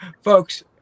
folks